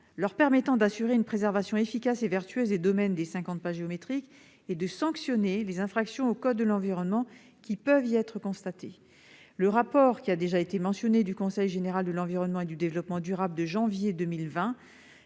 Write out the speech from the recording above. leur permettant d'assurer une préservation efficace et vertueuse des domaines des cinquante pas géométriques et de sanctionner les infractions au code de l'environnement qui peuvent y être constatées. Le rapport du Conseil général de l'environnement et du développement durable (CGEDD) du